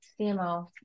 CMO